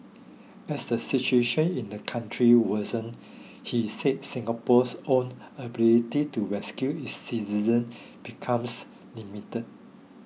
as the situation in the country worsens he said Singapore's own ability to rescue its citizens becomes limited